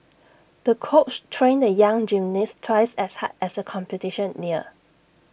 the coach trained the young gymnast twice as hard as the competition neared